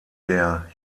der